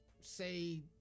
Say